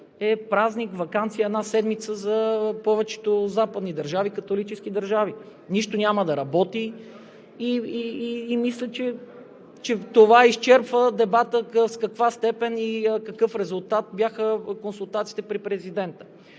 е празник и ваканция от една седмица за повечето католически държави. Нищо няма да работи и мисля, че това изчерпва дебата в каква степен и какъв резултат бяха консултациите при президента.